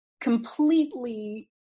completely